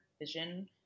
vision